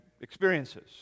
experiences